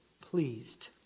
pleased